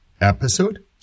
episode